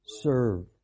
serve